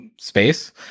space